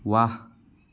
ৱাহ